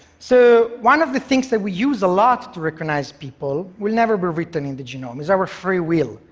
so, one of the things that we use a lot to recognize people will never be written in the genome. it's our free will,